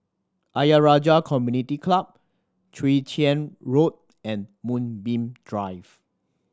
Ayer Rajah Community Club Chwee Chian Road and Moonbeam Drive